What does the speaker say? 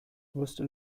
wusste